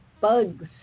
bugs